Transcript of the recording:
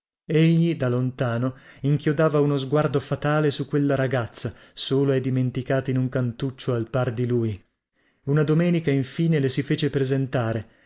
egli da lontano inchiodava uno sguardo fatale su quella ragazza sola e dimenticata in un cantuccio al par di lui una domenica infine le si fece presentare